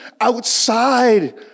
outside